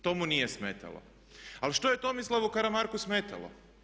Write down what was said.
To mu nije smetalo, ali što je Tomislavu Karamarku smetalo?